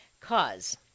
cause